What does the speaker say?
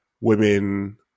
women